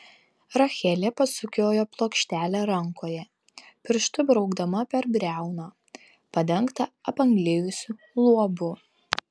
rachelė pasukiojo plokštelę rankoje pirštu braukdama per briauną padengtą apanglėjusiu luobu